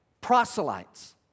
proselytes